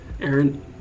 Aaron